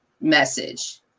message